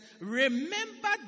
Remember